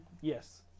Yes